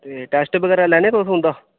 ते टैस्ट बैगेरा लैन्ने तुस उं'दा